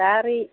दा ओरै